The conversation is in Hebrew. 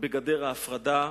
בגדר ההפרדה,